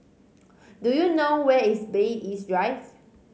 do you know where is Bay East Drive